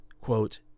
quote